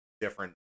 Different